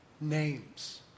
names